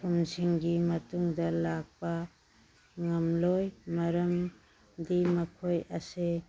ꯊꯨꯝꯁꯤꯡꯒꯤ ꯃꯇꯨꯡꯗ ꯂꯥꯛꯄ ꯉꯝꯂꯣꯏ ꯃꯔꯝꯗꯤ ꯃꯈꯣꯏ ꯑꯁꯦ